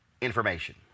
information